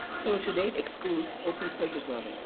total to date, excludes open purchase order,